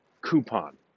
coupon